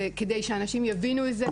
וכדי שאנשים יבינו את זה,